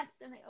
Yes